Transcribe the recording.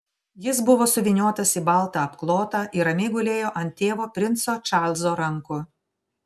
jis buvo suvyniotas į baltą apklotą ir ramiai gulėjo ant tėvo princo čarlzo rankų